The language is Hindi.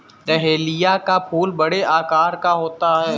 डहेलिया का फूल बड़े आकार का होता है